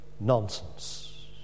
nonsense